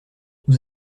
nous